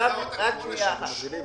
לגבי קופסאות הקורונה שכבר אושרו?